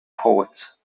poets